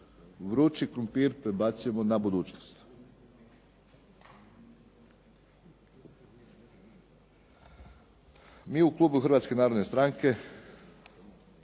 vrući prebacujemo na budućnost. Mi u Klubu Hrvatske Narodne Stranke